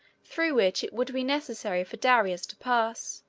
through which it would be necessary for darius to pass.